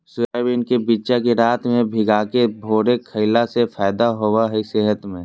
soybean के बिच्चा के रात में भिगाके भोरे खईला से फायदा होबा हइ सेहत में